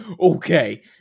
okay